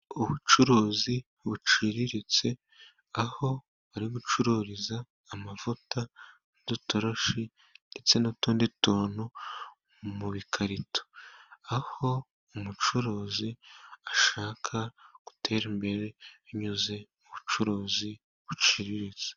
Ubucuruzi buciriritse aho bari gucururiza amavuta, udutoroshi ndetse n'utundi tuntu mu bikarito, aho umucuruzi ashaka gutera imbere binyuze mu bucuruzi buciriritse.